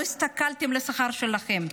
לא הסתכלתם על השכר שלכם.